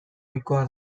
ohikoa